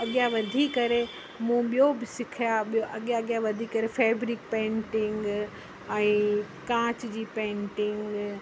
अॻियां वधी करे मूं ॿियो बि सिखिया ॿियो अॻियां अॻियां वधी करे फैब्रिक पेंटिंग ऐं कांच जी पेंटिंग